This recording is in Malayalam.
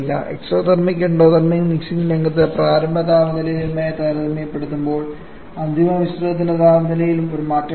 എക്സോതെർമിക് എൻഡോതെർമിക് മിക്സിംഗ് സമയത്ത് പ്രാരംഭ താപനിലയുമായി താരതമ്യപ്പെടുത്തുമ്പോൾ അന്തിമ മിശ്രിതത്തിന്റെ താപനിലയിൽ ഒരു മാറ്റമുണ്ട്